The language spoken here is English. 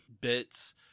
bits